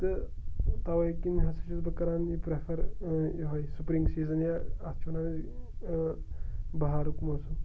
تہٕ تَوے کِنۍ ہَسا چھُس بہٕ کَران یہِ پرٛٮ۪فَر یُہے سپرِنٛگ سیٖزَن یا اَتھ چھِ وَنان بَہارُک موسَم